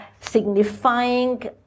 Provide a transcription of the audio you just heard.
signifying